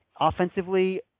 offensively